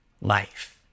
life